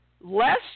Less